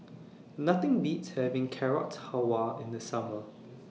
Nothing Beats having Carrot Halwa in The Summer